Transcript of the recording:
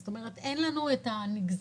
זאת אומרת אין לנו את הנגזרות.